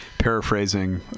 paraphrasing